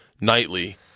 nightly